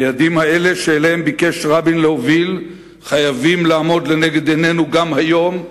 היעדים האלה שאליהם ביקש רבין להוביל חייבים לעמוד לנגד עינינו גם היום,